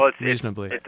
reasonably